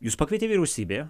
jus pakvietė vyriausybė